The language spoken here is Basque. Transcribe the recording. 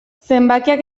zenbakiak